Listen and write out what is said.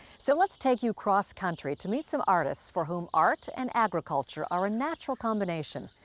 so let's take you cross country to meet some artists for whom art and agriculture are a natural combination.